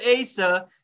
Asa